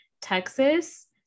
Texas